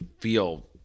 feel